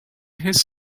his